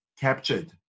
captured